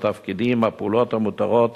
התפקידים והפעולות המותרות